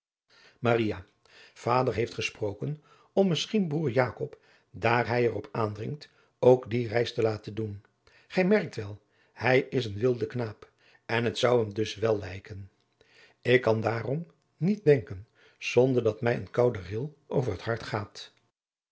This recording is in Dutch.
vader heeft gesproken om misschien broêr jakob daar hij er op aandringt ook die reis te laten doen gij merkt wel hij is een wilde knaap en het zou hem dus wel lijken ik kan daarom niet denken zonder dat mij een koude ril over het hart gaat